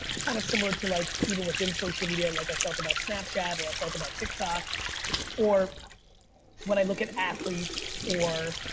kind of similar to like, even within social media like i felt about snapchat, or i felt about tiktok or when i look at athletes or